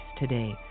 today